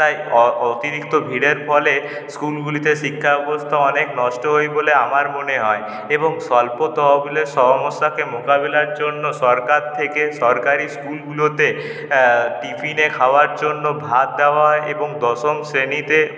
তাই অতিরিক্ত ভিড়ের ফলে স্কুলগুলিতে শিক্ষাব্যবস্থা অনেক নষ্ট হয় বলে আমার মনে হয় এবং স্বল্প তহবিলের সমস্যাকে মোকাবিলার জন্য সরকার থেকে সরকারি স্কুলগুলোতে টিফিনে খাবার জন্য ভাত দেওয়া হয় এবং দশম শ্রেণীতে